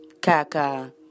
Kaka